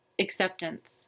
acceptance